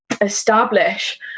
establish